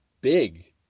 big